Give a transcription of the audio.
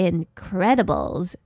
Incredibles